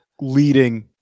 leading